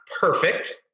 perfect